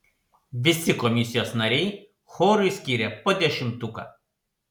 visi komisijos nariai chorui skyrė po dešimtuką